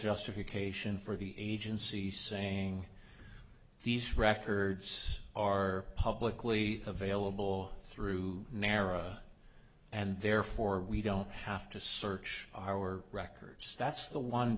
justification for the agency saying these records are publicly available through naira and therefore we don't have to search our records that's the one